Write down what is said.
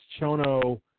Chono